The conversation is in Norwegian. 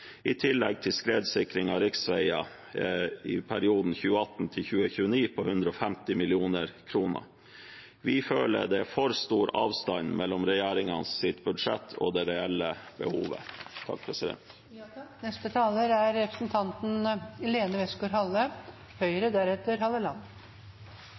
i tillegg til skredsikring av riksveier i perioden 2018–2029 på 150 mill. kr. Vi føler det er for stor avstand mellom regjeringens budsjett og det reelle behovet. Om 40 år, når livet mitt går mot slutten, jeg er